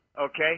okay